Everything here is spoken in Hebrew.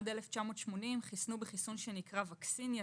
עד 1980 חיסנו בחיסון שנקרא Vaccinia.